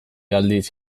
aldiz